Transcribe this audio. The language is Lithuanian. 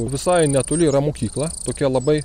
visai netoli yra mokykla tokia labai